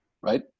right